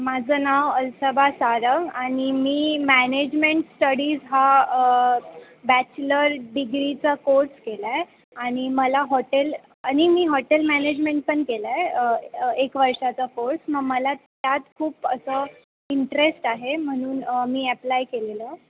माझं नाव अलसबा सारव आणि मी मॅनेजमेंट स्टडीज हा बॅचलर डिग्रीचा कोर्स केला आहे आणि मला हॉटेल आणि मी हॉटेल मॅनेजमेंट पण केलं आहे एक वर्षाचा कोर्स मग मला त्यात खूप असं इंटरेस्ट आहे म्हणून मी ॲप्लाय केलेलं